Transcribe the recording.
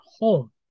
home